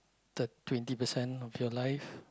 thir~ twenty percent of your life